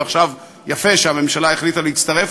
ועכשיו יפה שהממשלה החליטה להצטרף,